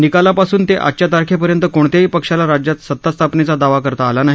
निकालापासून ते आजच्या तारखेपर्यंत कोणत्याही पक्षाला राज्यात सतास्थापनेचा दावा करता आला नाही